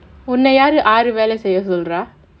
உன்ன யாரு யாரு வேல செய்ய சொல்றா:unna yaaru yaaru vela seyya solraa